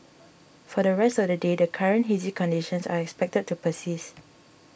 for the rest of the day the current hazy conditions are expected to persist